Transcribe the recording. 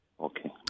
Okay